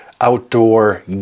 outdoor